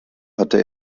hatte